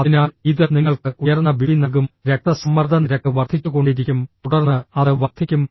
അതിനാൽ ഇത് നിങ്ങൾക്ക് ഉയർന്ന ബിപി നൽകും രക്തസമ്മർദ്ദ നിരക്ക് വർദ്ധിച്ചുകൊണ്ടിരിക്കും തുടർന്ന് അത് വർദ്ധിക്കും